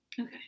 Okay